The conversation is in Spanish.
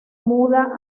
muda